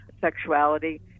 sexuality